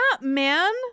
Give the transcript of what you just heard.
man